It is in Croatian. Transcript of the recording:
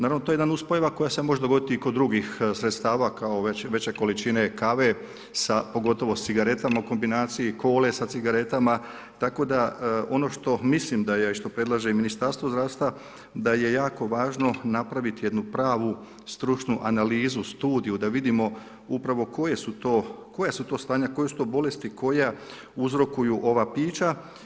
Naravno, to je jedna nuspojava koja se može dogoditi i kod drugih sredstava kao i veće količine kave, pogotovo sa cigaretama u kombinaciji, cole sa cigaretama, tako da ono što mislim da je i što predlaže Ministarstvo zdravstva, da je jako važno napraviti jednu pravu stručnu analizu, studiju, da vidimo upravo koja su to stanja, koje su to bolesti koja uzrokuju ova pića.